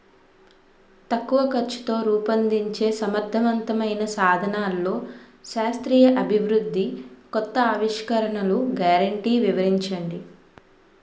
తక్కువ ఖర్చుతో రూపొందించే సమర్థవంతమైన సాధనాల్లో శాస్త్రీయ అభివృద్ధి కొత్త ఆవిష్కరణలు గ్యారంటీ వివరించండి?